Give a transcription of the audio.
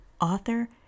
author